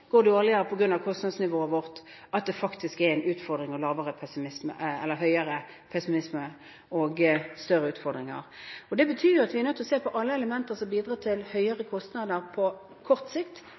går dårligere – på grunn av kostnadsnivået vårt – at det faktisk er en utfordring: større pessimisme og større utfordringer. Det betyr jo at vi er nødt til å se på alle elementer som på kort sikt